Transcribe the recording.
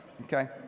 Okay